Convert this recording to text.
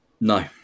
No